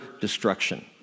destruction